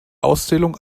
auszählung